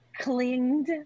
clinged